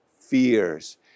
fears